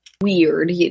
weird